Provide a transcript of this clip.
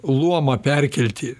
luomą perkelti